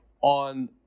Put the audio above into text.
on